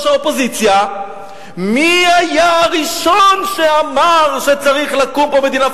האופוזיציה מי היה הראשון שאמר שצריכה לקום פה מדינה פלסטינית.